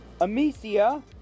Amicia